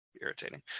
irritating